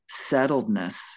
settledness